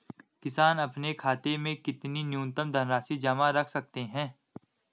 किसान अपने खाते में कितनी न्यूनतम धनराशि जमा रख सकते हैं?